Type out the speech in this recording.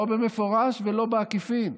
לא במפורש ולא בעקיפין,